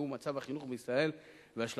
והוא "מצב החינוך בישראל והשלכותיו,